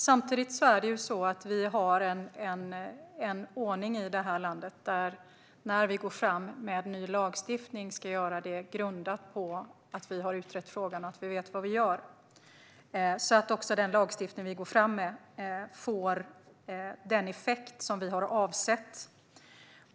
Samtidigt har vi en ordning i detta land som innebär att när vi går fram med ny lagstiftning ska göra det grundat på att vi har utrett frågan och vet vad vi gör så att denna lagstiftning får den effekt som vi har avsett.